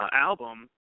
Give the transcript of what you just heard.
Album